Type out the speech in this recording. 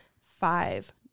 five